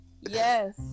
Yes